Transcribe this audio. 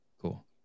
Cool